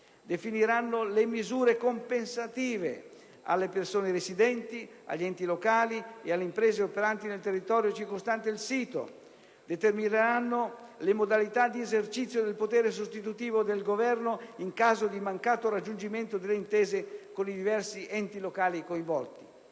definiranno le misure compensative alle persone residenti, agli enti locali e alle imprese operanti nel territorio circostante il sito; determineranno le modalità di esercizio del potere sostitutivo del Governo in caso di mancato raggiungimento delle intese con i diversi enti locali coinvolti.